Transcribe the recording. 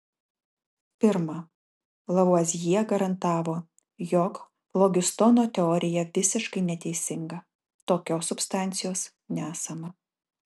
pirma lavuazjė garantavo jog flogistono teorija visiškai neteisinga tokios substancijos nesama